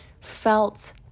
felt